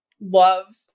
love